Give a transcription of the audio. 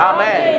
Amen